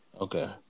Okay